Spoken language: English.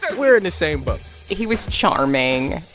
but we're in the same boat he was charming.